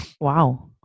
wow